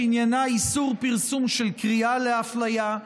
שעניינה איסור פרסום של קריאה לאפליה,